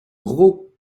gros